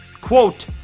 quote